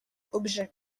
objet